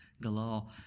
galore